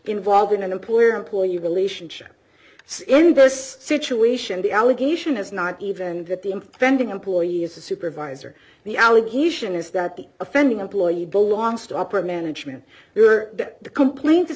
involved in an employer employee relationship in this situation the allegation is not even that the impending employee is a supervisor the allegation is that the offending employee belongs to upper management you're the complaint is